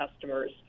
customers